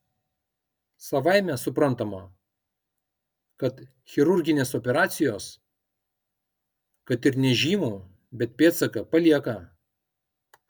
savaime suprantama kad chirurginės operacijos kad ir nežymų bet pėdsaką palieka